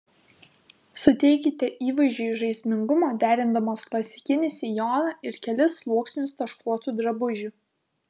suteikite įvaizdžiui žaismingumo derindamos klasikinį sijoną ir kelis sluoksnius taškuotų drabužių